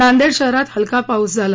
नांदेड शहरात हलका पाऊस झाला